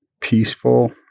peaceful